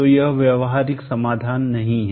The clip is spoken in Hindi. तो यह व्यावहारिक समाधान नहीं है